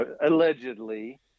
allegedly